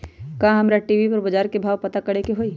का हमरा टी.वी पर बजार के भाव पता करे के होई?